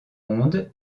ondes